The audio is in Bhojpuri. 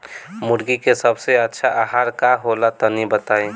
मुर्गी के सबसे अच्छा आहार का होला तनी बताई?